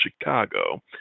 Chicago